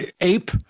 ape